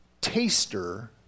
taster